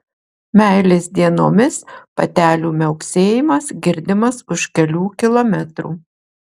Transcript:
meilės dienomis patelių miauksėjimas girdimas už kelių kilometrų